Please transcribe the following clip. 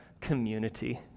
community